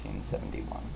1971